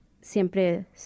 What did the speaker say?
Siempre